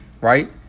right